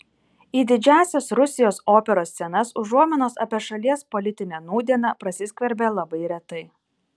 į didžiąsias rusijos operos scenas užuominos apie šalies politinę nūdieną prasiskverbia labai retai